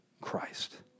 Christ